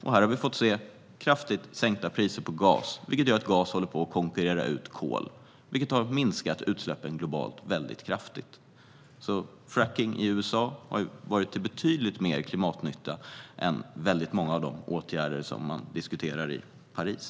Detta har lett till kraftigt sänkta priser på gas. Gas håller därmed på att konkurrera ut kol, vilket har minskat utsläppen väldigt kraftigt globalt. Frackning i USA har varit till betydligt större klimatnytta än väldigt många av de åtgärder som man diskuterade i Paris.